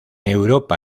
europa